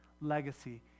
legacy